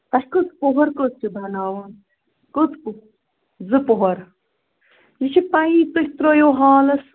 تۄہہِ کٔژ پۄہر کٔژ چھِ بَناوُن کٔژ پۄہر زٕ پۄہر یہِ چھِ پیی تُہۍ ترٛٲوِو حالس